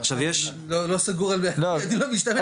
לא סגור על אני לא משתמש,